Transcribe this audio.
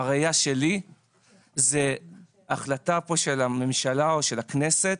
בראייה שלי זו החלטה פה של הממשלה או של הכנסת